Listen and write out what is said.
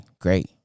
great